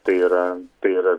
tai yra tai yra